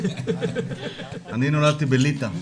אני נולדתי בליטא.